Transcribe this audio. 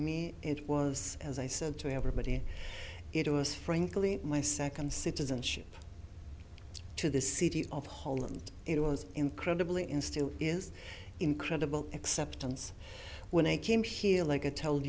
me it was as i said to everybody it was frankly my second citizenship to the city of holland it was incredibly instilled is incredible acceptance when i came here like a tol